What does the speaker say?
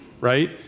right